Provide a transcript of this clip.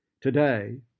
today